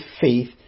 faith